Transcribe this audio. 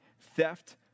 theft